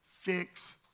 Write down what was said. Fix